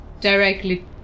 directly